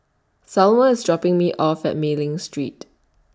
Selmer IS dropping Me off At Mei Ling Street